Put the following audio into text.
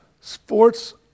sports